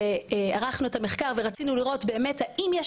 ערכנו את המחקר ורצינו לראות באמת האם יש